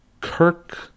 Kirk